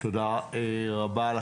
תודה רבה לך.